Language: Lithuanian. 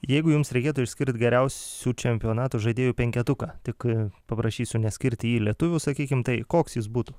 jeigu jums reikėtų išskirt geriausių čempionato žaidėjų penketuką tik paprašysiu neskirti į jį lietuvių sakykim tai koks jis būtų